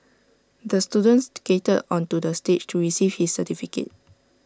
the student skated onto the stage to receive his certificate